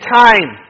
time